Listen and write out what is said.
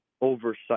oversight